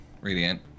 Radiant